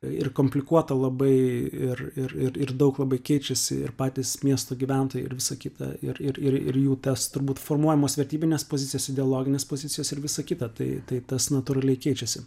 ir komplikuoto labai ir ir ir daug labai keičiasi ir patys miesto gyventojai ir visa kita ir ir ir jų tas turbūt formuojamos vertybinės pozicijos ideologinės pozicijos ir visa kita tai tai tas natūraliai keičiasi